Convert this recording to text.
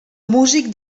músic